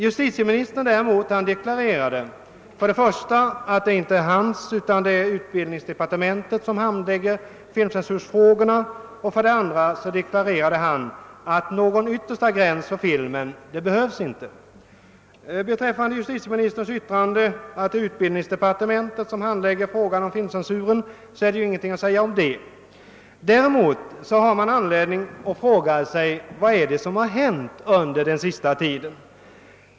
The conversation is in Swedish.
Justitieministern däremot deklarerade för det första att det inte är justitiedepartementet utan utbildningsdepartementet som handlägger filmcensurfrågorna och för det andra att någon yttersta gräns för vad som kunde visas på film inte behövdes. Det är ju ingenting att säga om justitieministerns yttrande att det är utbildningsdepartementet som handlägger frågan om filmcensuren. Däremot finns det anledning att fråga sig vad det är som har hänt under den senaste tiden.